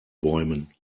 bäumen